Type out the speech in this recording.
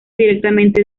directamente